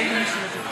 אני הייתי פעם במשרד.